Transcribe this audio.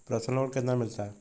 Personal loan कितना मिलता है?